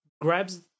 grabs